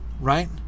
right